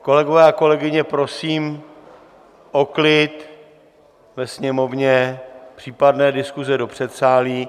Kolegyně a kolegové, prosím o klid ve Sněmovně, případné diskuze do předsálí.